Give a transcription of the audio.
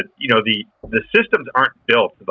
and you know, the the systems aren't built, but